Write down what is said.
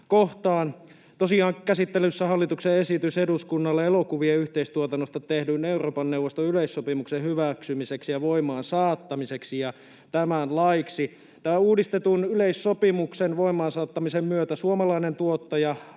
kohtaan. Tosiaan käsittelyssä on hallituksen esitys eduskunnalle elokuvien yhteistuotannosta tehdyn Euroopan neuvoston yleissopimuksen hyväksymiseksi ja voimaan saattamiseksi ja tämän laiksi. Tämän uudistetun yleissopimuksen voimaan saattamisen myötä suomalainen tuottaja